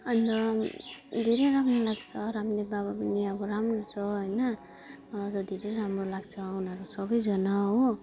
अन्त धेरै राम्रो लाग्छ रामदेव बाबा पनि आबो राम्रो छ होइन मलाई त धेरै राम्रो लाग्छ उनीहरू सबैजना हो